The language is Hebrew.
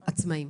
עצמאים.